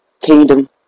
Kingdom